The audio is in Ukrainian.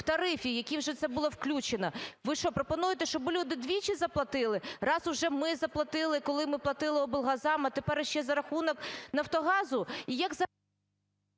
в тарифі, в який вже це було включено. Ви що пропонуєте, щоби люди двічі заплатили? Раз уже ми заплатили, коли ми платили облгазам, а тепер іще за рахунок "Нафтогазу"?